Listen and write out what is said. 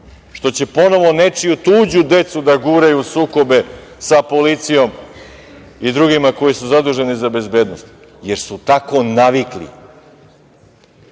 što će ponovo nečiju, tuđu decu da guraju u sukobe sa policijom i drugima koji su zaduženi za bezbednost, jer su tako navikli.